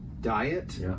Diet